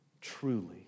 truly